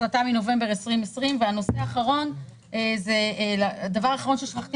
החלטה מנובמבר 2020. דבר האחרון ששכחתי